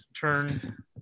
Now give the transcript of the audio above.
turn